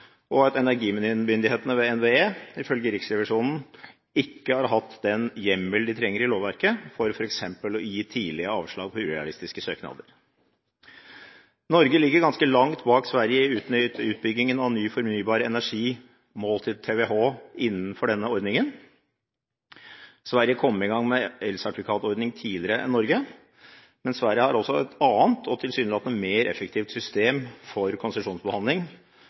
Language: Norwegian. og at energimyndighetene, ved NVE, ifølge Riksrevisjonen ikke har hatt den hjemmel i lovverket de trenger for f.eks. å gi tidlig avslag på urealistiske søknader. Norge ligger ganske langt bak Sverige i utbyggingen av ny fornybar energi målt i TWh innenfor denne ordningen. Sverige kom i gang med elsertifikatordningen tidligere enn Norge. Men Sverige har et annet og tilsynelatende mer effektivt system for konsesjonsbehandling,